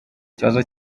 ikibazo